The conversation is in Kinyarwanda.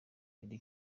eddy